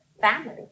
Family